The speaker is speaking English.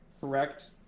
correct